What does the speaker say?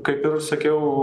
kaip ir sakiau